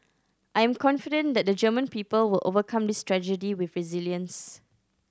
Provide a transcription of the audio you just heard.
I'm confident that the German people will overcome this tragedy with resilience